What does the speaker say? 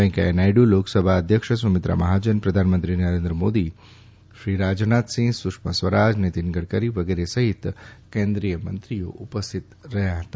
વેકૈયા નાયડુ લોકસભા અધ્યક્ષ સુમિત્રા મહાજન પ્રધાનમંત્રી નરેન્દ્ર મોદી અને શ્રી રાજનાથસિંહ સુષ્મા સ્વરાજ નીતીન ગડકરી વગેરે સહિત કેન્દ્રીય મંત્રીઓ ઉપસ્થિત રહ્યા હતા